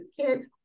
kids